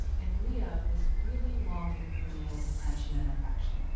and leah was really longing for neal's attention and affection.